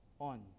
on